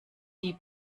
die